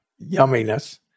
yumminess